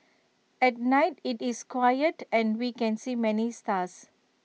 at night IT is quiet and we can see many stars